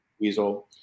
weasel